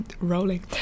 rolling